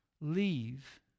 leave